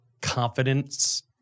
Confidence